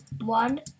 one